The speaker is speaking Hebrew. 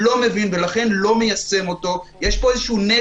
אני מייצג כרגע לאו דווקא את בעלי הבריכות,